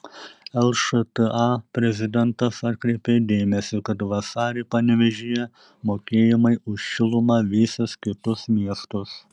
lšta prezidentas atkreipė dėmesį kad vasarį panevėžyje mokėjimai už šilumą vysis kitus miestus